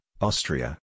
Austria